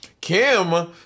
Kim